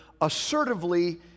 assertively